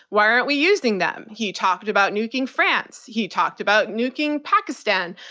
why aren't we using them? he talked about nuking france. he talked about nuking pakistan.